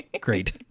great